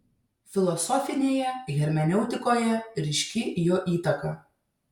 filosofinėje hermeneutikoje ryški jo įtaka